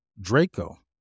Draco